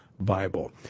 Bible